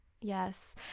yes